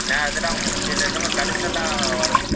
ஆ அதலாம் சில இதுமு கழிச்சலா வரும்